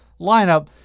lineup